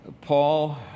Paul